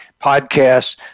podcasts